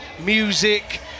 music